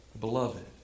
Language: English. beloved